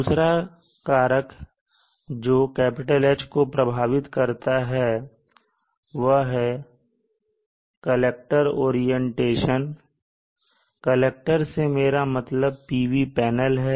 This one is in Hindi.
दूसरा कारक जो "H" को प्रभावित करता है वह है कलेक्टर ओरियंटेशन कलेक्टर से मेरा मतलब PV पैनल है